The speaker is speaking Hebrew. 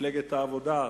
ממפלגת העבודה,